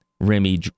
Remy